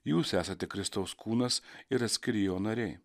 jūs esate kristaus kūnas ir atskiri jo nariai